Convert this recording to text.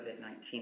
COVID-19